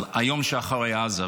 על היום שאחרי עזה.